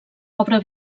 obra